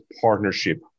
partnership